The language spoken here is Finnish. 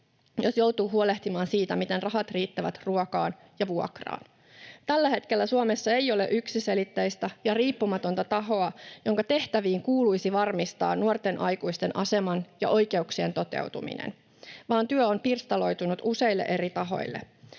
jos joutuu huolehtimaan siitä, miten rahat riittävät ruokaan ja vuokraan. Tällä hetkellä Suomessa ei ole yksiselitteistä ja riippumatonta tahoa, jonka tehtäviin kuuluisi varmistaa nuorten aikuisten aseman ja oikeuksien toteutuminen, vaan työ on pirstaloitunut useille eri tahoille.